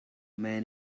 man